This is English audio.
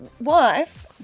wife